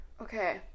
Okay